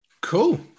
cool